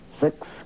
Six